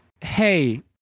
hey